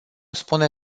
spune